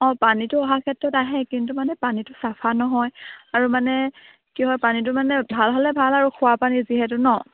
অঁ পানীটো অহা ক্ষেত্ৰত আহে কিন্তু মানে পানীটো চাফা নহয় আৰু মানে কি হয় পানীটো মানে ভাল হ'লে ভাল আৰু খোৱা পানী যিহেতু ন